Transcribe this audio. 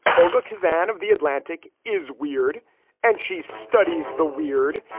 olga kisan of the atlantic is weird and she studies the weird.